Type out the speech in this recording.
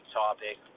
topic